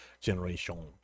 Generation